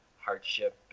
hardship